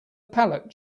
pallet